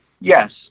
Yes